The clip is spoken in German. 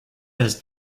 erst